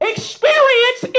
Experience